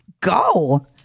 Go